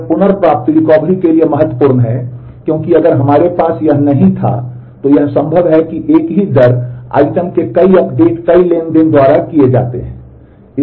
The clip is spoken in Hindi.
यह पुनर्प्राप्ति के लिए महत्वपूर्ण है क्योंकि अगर हमारे पास यह नहीं था तो यह संभव है कि एक ही दर आइटम के कई अपडेट कई ट्रांज़ैक्शन द्वारा किए जाते हैं